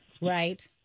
Right